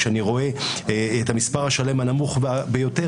כשאני רואה את המספר השלם הנמוך ביותר,